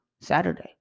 Saturday